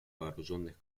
вооруженных